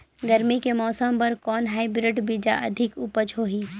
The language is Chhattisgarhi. गरमी के मौसम बर कौन हाईब्रिड बीजा अधिक उपज होही?